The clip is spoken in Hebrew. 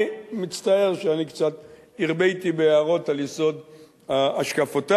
אני מצטער שקצת הרביתי בהערות על יסוד השקפותי,